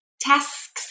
Tasks